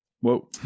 Whoa